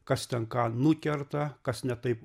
kas ten ką nukerta kas ne taip